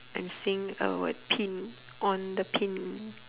I'm seeing a word pin on the pin